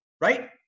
right